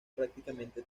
prácticamente